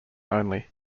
only